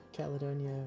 Caledonia